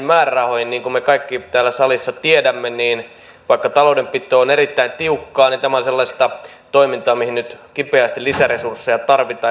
niin kuin me kaikki täällä salissa tiedämme niin vaikka taloudenpito on erittäin tiukkaa tämä on sellaista toimintaa mihin nyt kipeästi lisäresursseja tarvitaan